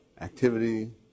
activity